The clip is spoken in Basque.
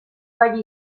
gai